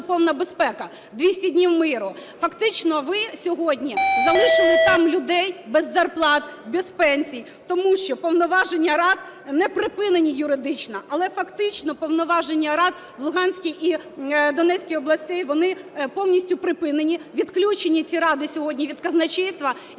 повна безпека, 200 днів миру? Фактично ви сьогодні залишили там людей без зарплат, без пенсій, тому що повноваження рад не припинені юридично, але фактично повноваження рад в Луганській і Донецькій областях, вони повністю припинені, відключені ці ради сьогодні від казначейства і